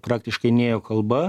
praktiškai nėjo kalba